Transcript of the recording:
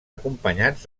acompanyats